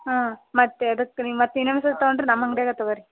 ಹಾಂ ಮತ್ತು ಯದಕ್ಕೆ ನೀವು ಮತ್ತು ಇನ್ನೊಂದು ಸರ್ತಿ ತಗೊಂಡ್ರೆ ನಮ್ಮ ಅಂಗಡಿಯಾಗೆ ತಗೊಳ್ರಿ